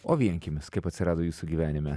o vienkiemis kaip atsirado jūsų gyvenime